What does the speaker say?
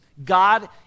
God